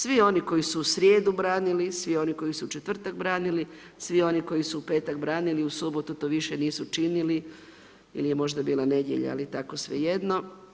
Svi oni koji su u srijedu branili, svi oni koji su u četvrtak branili, svi oni koji su u petak branili, u subotu to više nisu činili ili je možda bila nedjelja, ali tako svejedno.